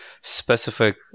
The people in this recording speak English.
specific